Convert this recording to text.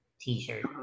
t-shirt